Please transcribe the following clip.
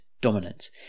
dominant